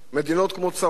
מדינות כמו צרפת,